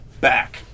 back